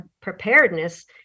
preparedness